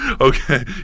Okay